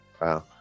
Wow